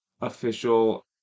official